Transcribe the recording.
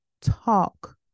talk